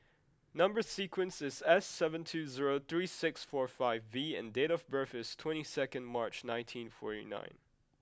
number sequence is S seven two zero three six four five V and date of birth is twenty second March nineteen forty nine